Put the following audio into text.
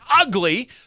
ugly